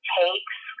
takes